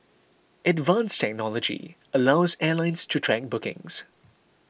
advanced technology allows airlines to track bookings